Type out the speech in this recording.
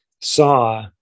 saw